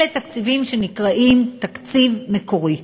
אלה תקציבים שנקראים "תקציב מקורי".